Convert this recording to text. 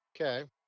Okay